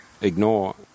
ignore